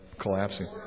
collapsing